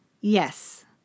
Yes